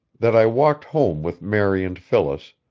that i walked home with mary and phyllis,